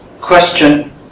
question